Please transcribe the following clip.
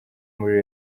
muri